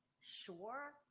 Sure